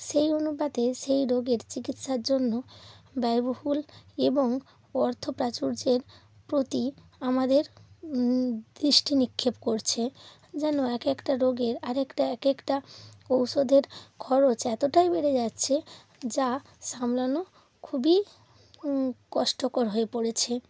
সেই অনুপাতে সেই রোগের চিকিৎসার জন্য ব্যয়বহুল এবং অর্থ প্রাচুর্যের প্রতি আমাদের দৃষ্টি নিক্ষেপ করছে যেন এক একটা রোগের আর একটা এক একটা ঔষধের খরচ এতটাই বেড়ে যাচ্ছে যা সামলানো খুবই কষ্টকর হয়ে পড়েছে